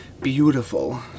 beautiful